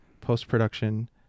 Post-production